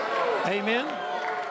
Amen